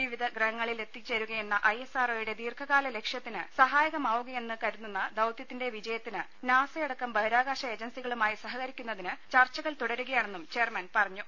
വിവിധ ഗ്രഹങ്ങളിൽ എത്തിച്ചേരുകയെന്ന ഐ എസ് ആർ ഒ യുടെ ദീർഘകാല ലക്ഷ്യത്തിന് സഹായകമാവുമെന്ന് കരുതുന്ന ദൌത്യത്തിന്റെ വിജയത്തിന് നാസയടക്കം ബഹിരാകാശ ഏജൻസികളുമായി സഹകരിക്കുന്നതിന് ചർച്ചകൾ തുടരുകയാണെന്നും ചെയർമാൻ പറഞ്ഞു